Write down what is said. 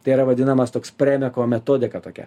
tai yra vadinamas toks premeko metodika tokia